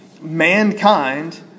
mankind